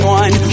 one